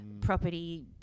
Property